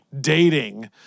dating